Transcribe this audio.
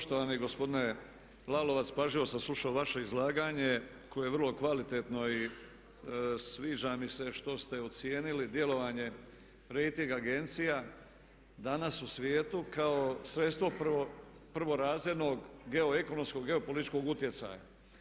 Poštovani gospodine Lalovac, pažljivo sam slušao vaše izlaganje koje je vrlo kvalitetno i sviđa mi se što ste ocijenili djelovanje rejting agencija danas u svijetu kao sredstvo prvorazrednog geoekonomskog, geopolitičkog utjecaja.